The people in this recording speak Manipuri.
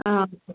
ꯑꯥ